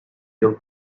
yıl